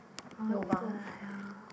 what the hell